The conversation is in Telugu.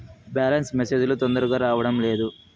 బ్యాలెన్స్ మెసేజ్ లు తొందరగా రావడం లేదు?